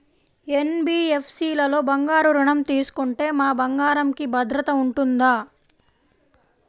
NBFC లలో బంగారు ఋణం తీసుకుంటే మా బంగారంకి భద్రత ఉంటుందా?